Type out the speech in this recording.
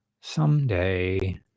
Someday